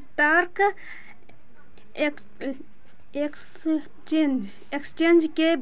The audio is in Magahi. स्टॉक एक्सचेंज के